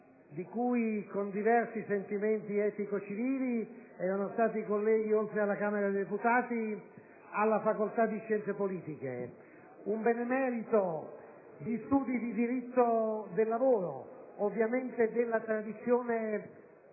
di cui, con diversi sentimenti etico-civili, era stato collega, oltre che alla Camera dei deputati, alla facoltà di scienze politiche. Egli era un benemerito degli studi di diritto del lavoro, ovviamente della tradizione fascista